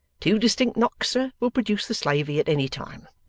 two distinct knocks, sir, will produce the slavey at any time.